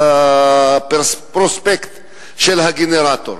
הפרוספקט של הגנרטור.